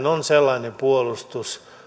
on sellainen puolustus